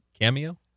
cameo